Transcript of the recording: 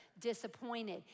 disappointed